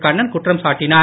கண்ணன் குற்றம் சாட்டினார்